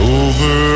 over